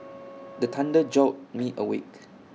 the thunder jolt me awake